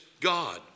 God